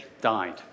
died